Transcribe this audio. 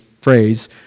phrase